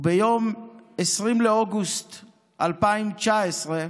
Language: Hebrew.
ביום 20 באוגוסט 2019,